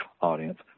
audience